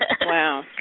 wow